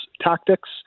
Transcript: tactics